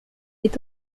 est